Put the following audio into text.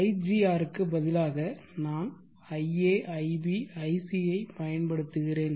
Igr க்கு பதிலாக நான் ia ib ic ஐப் பயன்படுத்துகிறேன்